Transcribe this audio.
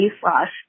slash